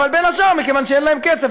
אבל בין השאר מכיוון שאין להן כסף.